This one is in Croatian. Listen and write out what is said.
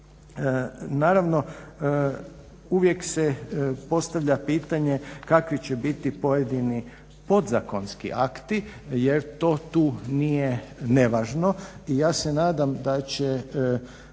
Naravno uvijek se postavlja pitanje kakvi će biti pojedini podzakonski akti jer to tu nije nevažno. I ja se nadam da će